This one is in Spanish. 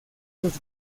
los